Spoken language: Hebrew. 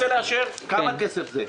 כמה כסף זה?